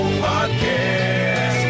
podcast